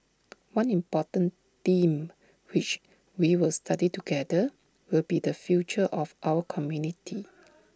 one important theme which we will study together will be the future of our community